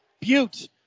Butte